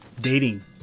dating